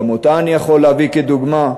גם אותה אני יכול להביא כדוגמה,